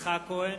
יצחק כהן,